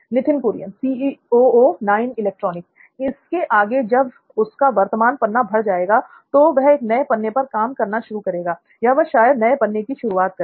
नित्थिन कुरियन इसके आगे जब उसका वर्तमान पन्ना भर जाएगा तो वह एक नए पन्ने पर काम करना शुरू करेगा या वह शायद नए पन्ने से ही शुरुआत करें